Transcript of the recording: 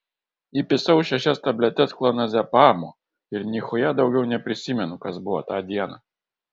įpisau šešias tabletes klonazepamo ir nichuja daugiau neprisimenu kas buvo tą dieną